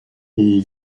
all